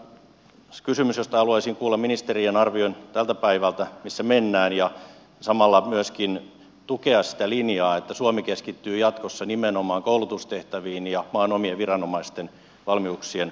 tämä on kysymys josta haluaisin kuulla ministerien arvion tältä päivältä missä mennään ja samalla myöskin tukea sitä linjaa että suomi keskittyy jatkossa nimenomaan koulutustehtäviin ja maan omien viranomaisten valmiuksien nostamiseen